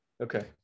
Okay